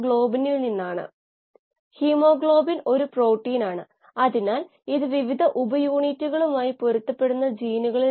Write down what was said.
platinum cathode ആണ്വെള്ളി anode ആണ്